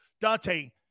Dante